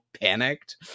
panicked